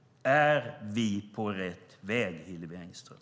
Är vi på rätt väg, Hillevi Engström?